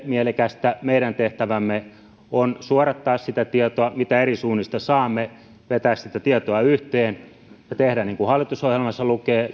mielekästä meidän tehtävämme on suodattaa sitä tietoa mitä eri suunnista saamme vetää sitä tietoa yhteen ja tehdä niin kuin hallitusohjelmassa lukee